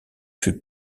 fut